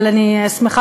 אבל אני שמחה,